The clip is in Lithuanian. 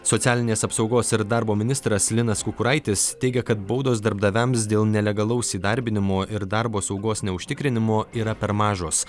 socialinės apsaugos ir darbo ministras linas kukuraitis teigia kad baudos darbdaviams dėl nelegalaus įdarbinimo ir darbo saugos neužtikrinimo yra per mažos